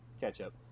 Ketchup